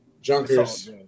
Junkers